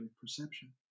perception